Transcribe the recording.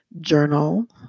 journal